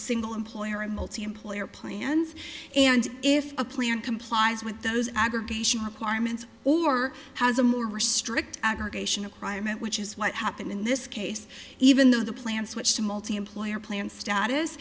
single employer and multi employer plans and if a plan complies with those aggregation requirements or has a more restrict aggregation of private which is what happened in this case even though the plan switch to multiemployer plan status